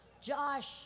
Josh